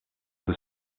the